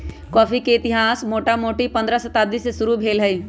coffee के इतिहास मोटामोटी पंडह शताब्दी से शुरू भेल हइ